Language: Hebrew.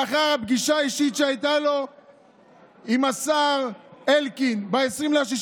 לאחר הפגישה האישית שהייתה לו עם השר אלקין ב-20 ביוני,